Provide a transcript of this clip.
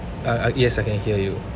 uh uh yes I can hear you